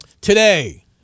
Today